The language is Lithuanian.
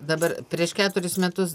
dabar prieš keturis metus